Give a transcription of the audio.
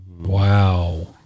Wow